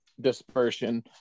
dispersion